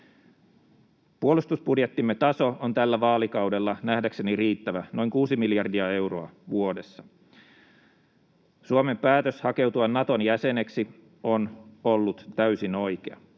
Puolustusbudjettimme taso on tällä vaalikaudella nähdäkseni riittävä, noin kuusi miljardia euroa vuodessa. Suomen päätös hakeutua Naton jäseneksi on ollut täysin oikea.